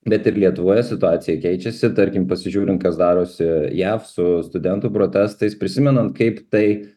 bet ir lietuvoje situacija keičiasi tarkim pasižiūrint kas darosi jav su studentų protestais prisimenant kaip taip